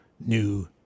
new